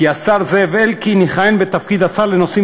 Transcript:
כי השר זאב אלקין יכהן בתפקיד השר לנושאים